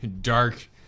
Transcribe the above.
Dark